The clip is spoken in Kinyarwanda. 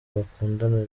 bakundana